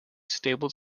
stable